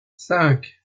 cinq